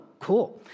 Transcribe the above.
Cool